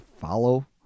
follow